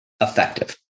effective